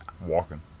Walking